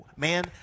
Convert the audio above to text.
Man